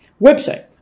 website